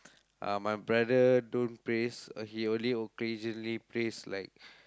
uh my brother don't prays he only occasionally prays like